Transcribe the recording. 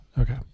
Okay